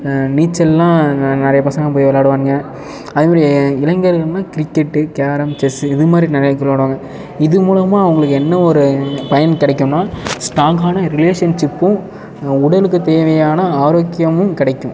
நீச்சல்லாம் ந நிறையா பசங்க போய் விளையாடுவானுங்க அதுமாதிரி இளைஞர்கள்னா கிரிக்கெட்டு கேரம் செஸ்ஸு இதுமாதிரி நிறையா பேர் விளையாடுவாங்க இதுமூலமாக அவங்களுக்கு என்னவொரு பயன் கிடைக்கும்னா ஸ்டாங்கான ரிலேஷன்ஷிப்பும் உடலுக்கு தேவையான ஆரோக்கியமும் கிடைக்கும்